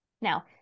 Now